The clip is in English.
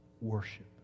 worship